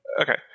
okay